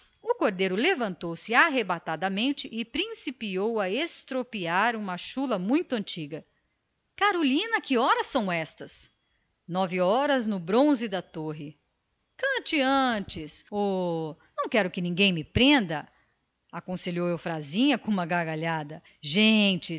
aquele levantou-se arrebatadamente e pôs-se a estropiar uma chula carolina que horas são estas nove horas no bronze da torre cante antes o não quero que ninguém me prenda aconselhou eufrasinha com uma risada gentes